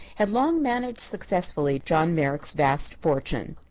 had long managed successfully john merrick's vast fortune,